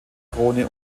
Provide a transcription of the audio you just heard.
krone